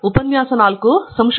professor